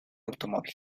automóvil